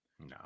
No